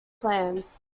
plans